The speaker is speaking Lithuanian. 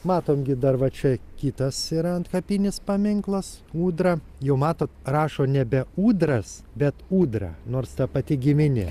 matom gi dar va čia kitas yra antkapinis paminklas ūdra jau matot rašo nebe ūdras bet ūdra nors ta pati giminė